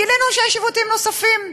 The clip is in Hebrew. גילינו שיש עיוותים נוספים,